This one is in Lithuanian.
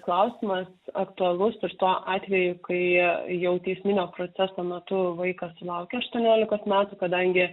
klausimas aktualus ir tuo atveju kai jau teisminio proceso metu vaikas sulaukia aštuoniolikos metų kadangi